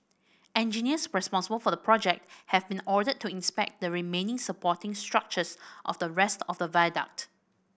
engineers responsible for the project have been ordered to inspect the remaining supporting structures of the rest of the viaduct